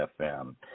FM